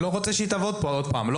אני לא רוצה שהיא תעבוד כאן.